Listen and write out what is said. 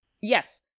Yes